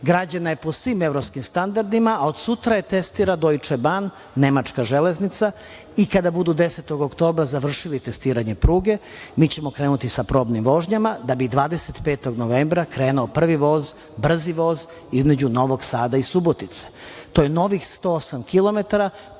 Građena je po svim evropskim standardima, a od sutra je testira „Deutsche Bahn“, nemačka železnica i kada budu 10. oktobra završili testiranje pruge, mi ćemo krenuti sa probnim vožnjama, da bi 25. novembra krenuo prvi voz, brzi voz između Novog Sada i Subotice. To je novih 108 kilometara.